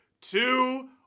two